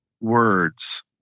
words